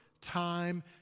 time